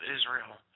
Israel